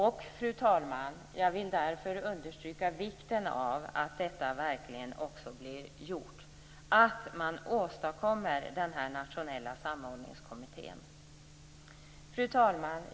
Jag vill därför, fru talman, understryka vikten av att detta verkligen också blir gjort, att man verkligen åstadkommer den här nationella samordningskommittén. Fru talman!